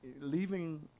leaving